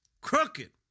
crooked